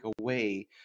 away